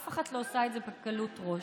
אף אחת לא עושה את זה בקלות ראש.